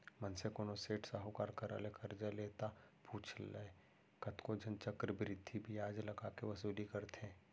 मनसे कोनो सेठ साहूकार करा ले करजा ले ता पुछ लय कतको झन चक्रबृद्धि बियाज लगा के वसूली करथे